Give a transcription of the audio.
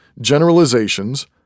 Generalizations